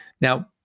Now